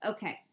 Okay